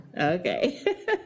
Okay